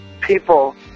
people